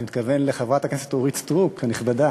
אני מתכוון לחברת הכנסת אורית סטרוק הנכבדה,